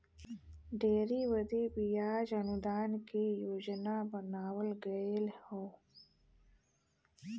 dairy बदे बियाज अनुदान के योजना बनावल गएल हौ